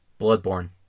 ...Bloodborne